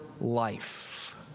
life